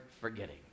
forgetting